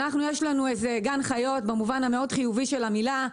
יש לנו גן חיות, במובן החיובי מאוד של המילה.